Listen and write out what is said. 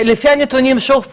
לפי הנתונים, עוד פעם,